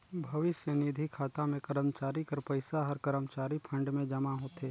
भविस्य निधि खाता में करमचारी कर पइसा हर करमचारी फंड में जमा होथे